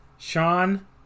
Sean